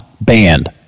banned